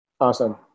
Awesome